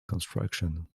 construction